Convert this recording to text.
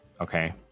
okay